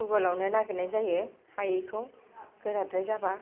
गुगोलावनो नागिरनाय जायो हायैखौ गोराद्राय जाबा